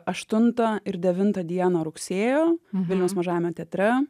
aštuntą ir devintą dieną rugsėjo vilniaus mažajame teatre